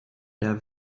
der